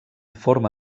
forma